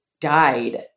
died